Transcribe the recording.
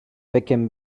wickham